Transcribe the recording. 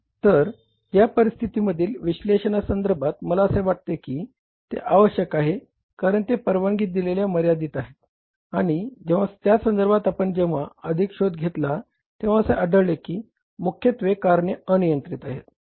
तर या परिस्थितीमधील विश्लेषणासंदर्भात मला असे वाटते की ते आवश्यक आहे कारण ते परवानगी दिलेल्या मर्यादेत आहेत आणि जेंव्हा त्यासंदर्भात आपण जेंव्हा अधिक शोध घेतला तेंव्हा असे आढळले की मुख्यत्वे कारणे अनियंत्रित आहेत